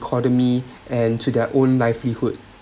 economy and to their own livelihood